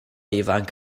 ifanc